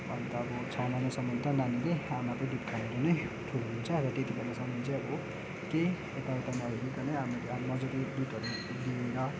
अन्त अब छ महिनासम्म त नानीले आमाकै दुध खाएर नै ठुलो हुन्छ अब त्यति बेलासम्म चाहिँ अब केही यताउता नहेरिकन आमाले अब मजाले अब दुधहरू दिएर